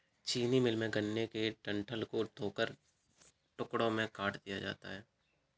चीनी मिल में, गन्ने के डंठल को धोकर टुकड़ों में काट दिया जाता है